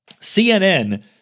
CNN